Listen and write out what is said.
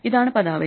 ഇതാണ് പദാവലി